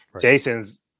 Jason's